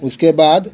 उसके बाद